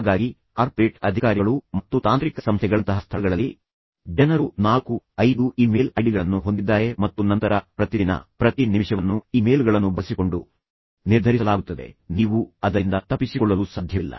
ಹಾಗಾಗಿ ಕಾರ್ಪೊರೇಟ್ ಅಧಿಕಾರಿಗಳು ಮತ್ತು ತಾಂತ್ರಿಕ ಸಂಸ್ಥೆಗಳಂತಹ ಸ್ಥಳಗಳಲ್ಲಿ ಜನರು 4 5 ಇಮೇಲ್ ಐಡಿಗಳನ್ನು ಹೊಂದಿದ್ದಾರೆ ಮತ್ತು ನಂತರ ಪ್ರತಿದಿನ ಪ್ರತಿ ನಿಮಿಷವನ್ನು ಇಮೇಲ್ಗಳನ್ನು ಬಳಸಿಕೊಂಡು ನಿರ್ಧರಿಸಲಾಗುತ್ತದೆ ನೀವು ಅದರಿಂದ ತಪ್ಪಿಸಿಕೊಳ್ಳಲು ಸಾಧ್ಯವಿಲ್ಲ